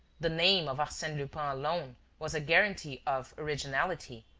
the name of arsene lupin alone was a guarantee of originality,